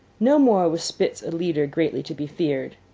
no more was spitz a leader greatly to be feared.